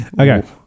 Okay